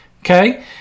Okay